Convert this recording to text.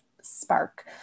spark